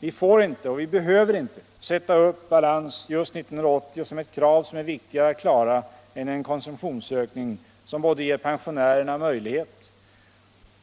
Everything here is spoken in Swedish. Vi får inte och vi behöver inte sätta upp balans just 1980 som ett krav som är viktigare att klara än en konsumtionsökning som både ger pensionärerna möjlighet